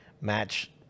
match